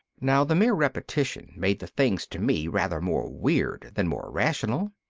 now, the mere repetition made the things to me rather more weird than more rational.